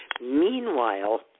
Meanwhile